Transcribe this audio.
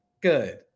Good